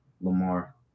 Lamar